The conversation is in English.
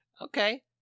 okay